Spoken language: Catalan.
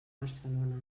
barcelona